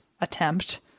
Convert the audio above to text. Attempt